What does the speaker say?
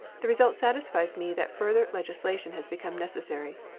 the result satisfies me that further legislation has become necessary.